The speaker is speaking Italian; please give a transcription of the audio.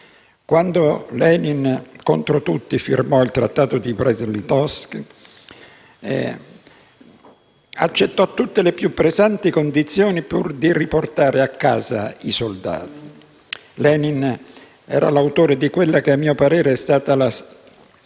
Quando Lenin, contro tutti, firmò il Trattato di Brest-Litovsk, accettò tutte le più pesanti condizioni, pur di riportare a casa i soldati. Lenin era l'autore di quella che a mio parere è stata la più